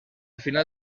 final